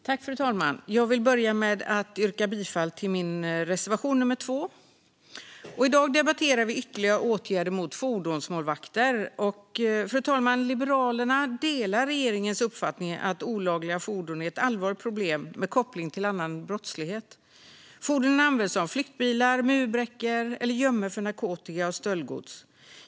Fru talman! Jag vill börja med att yrka bifall till reservation nummer 2. I dag debatterar vi ytterligare åtgärder mot fordonsmålvakter. Fru talman! Liberalerna delar regeringens uppfattning att olagliga fordon är ett allvarligt problem med koppling till annan brottslighet. Fordonen används som flyktbilar, murbräckor eller gömmor för narkotika och stöldgods.